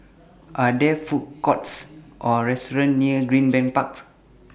Are There Food Courts Or restaurants near Greenbank Parks